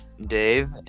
Dave